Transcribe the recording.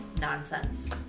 nonsense